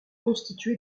constitué